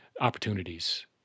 opportunities